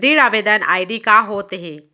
ऋण आवेदन आई.डी का होत हे?